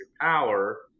power